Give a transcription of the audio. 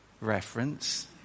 reference